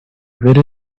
very